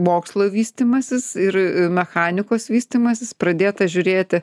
mokslo vystymasis ir mechanikos vystymasis pradėta žiūrėti